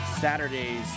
Saturday's